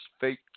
fake